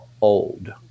old